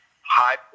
high